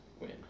win